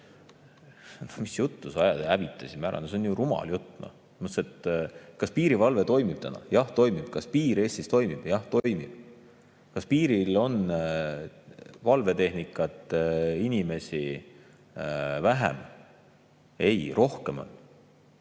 Mis juttu sa ajad?! Hävitasime ära?! See on ju rumal jutt. Kas piirivalve toimib täna? Jah, toimib. Kas piir Eestis toimib? Jah, toimib. Kas piiril on valvetehnikat, inimesi vähem? Ei ole, rohkem on.